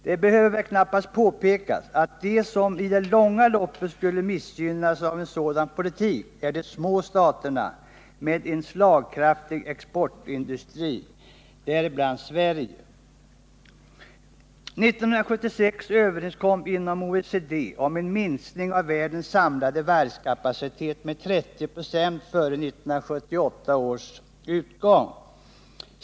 Det behöver väl knappast påpekas att de som i längden skulle missgynnas av en sådan politik är de små staterna med en slagkraftig exportindustri, däribland Sverige. 1976 överenskoms inom OECD om en minskning av världens samlade varvskapacitet med 30 926 före 1978 års utgång.